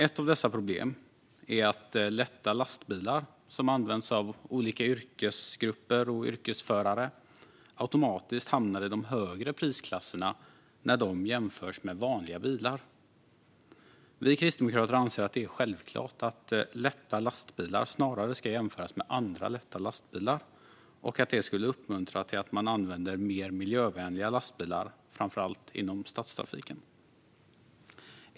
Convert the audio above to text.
Ett av dessa problem är att lätta lastbilar som används av olika yrkesgrupper och yrkesförare automatiskt hamnar i de högre prisklasserna när de jämförs med vanliga bilar. Vi kristdemokrater anser att det är självklart att lätta lastbilar snarare ska jämföras med andra lätta lastbilar och att det skulle uppmuntra till att man använder mer miljövänliga lastbilar, framför allt i stadstrafiken.